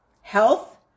Health